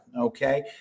okay